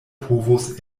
povos